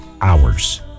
hours